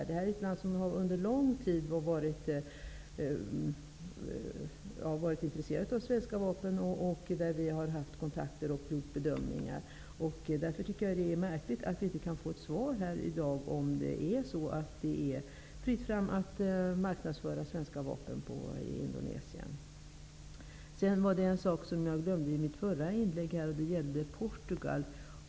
Det är ett land som under lång tid varit intresserat av svenska vapen. Vi har haft kontakter och gjort bedömningar. Därför är det märkligt att vi inte kan få ett svar i dag om det är fritt fram att marknadsföra svenska vapen i Sedan var det en sak som jag glömde i mitt förra inlägg. Det gällde Portugal.